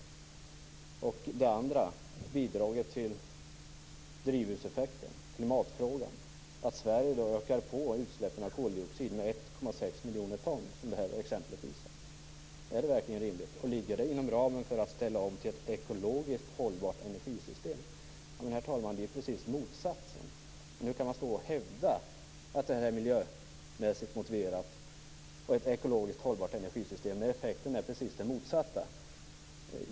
Den andra aspekten i mitt exempel var bidraget till drivhuseffekten, dvs. klimatfrågan. Är det verkligen rimligt att Sverige ökar utsläppen av koldioxid med 1,6 miljoner ton, som exemplet visar? Ligger det inom ramen för att ställa om till ett ekologiskt hållbart energisystem? Det är ju precis motsatsen, herr talman! Hur kan man stå och hävda att detta är miljömässigt motiverat och ger ett ekologiskt hållbart energisystem när effekten är precis den motsatta?